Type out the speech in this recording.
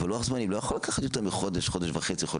אבל לוח זמנים לא יכול לקחת יותר מחודש-חודש וחצי-חודשיים.